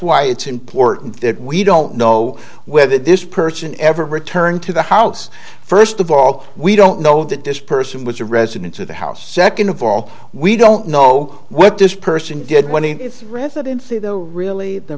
why it's important that we don't know whether this person ever returned to the house first of all we don't know that this person was a resident of the house second of all we don't know what this person did when it's residency though really the